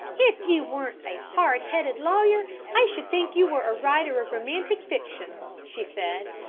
if you weren't a hard-headed lawyer, i should think you were a writer of romantic fiction, she said.